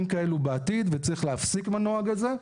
כאלו בעתיד וצריך להפסיק עם הנוהג הזה,